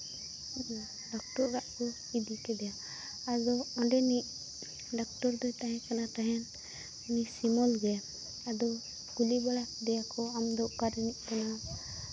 doctor ᱚᱲᱟᱜ ᱠᱚ ᱤᱫᱤ ᱠᱮᱫᱮᱭᱟ ᱟᱫᱚ ᱚᱸᱰᱮᱱᱤᱡ ᱰᱟᱠᱴᱚᱨ ᱫᱚᱭ ᱛᱟᱦᱮᱸ ᱠᱟᱱᱟ ᱛᱟᱦᱮᱱ ᱩᱱᱤ ᱥᱤᱢᱚᱞ ᱜᱮ ᱟᱫᱚ ᱠᱩᱞᱤ ᱵᱟᱲᱟ ᱠᱮᱫᱮᱭᱟᱠᱚ ᱟᱢᱫᱚ ᱚᱠᱟ ᱨᱤᱱᱤᱡ ᱠᱟᱱᱟᱢ